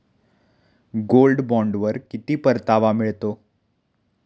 Gold बॉण्डवर किती परतावा मिळतो?